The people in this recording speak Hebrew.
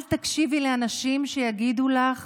אל תקשיבי לאנשים שיגידו לך